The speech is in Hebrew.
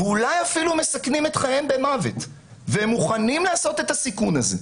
ואולי אפילו מסכנים את חייהם במוות והם מוכנים לקחת את הסיכון הזה.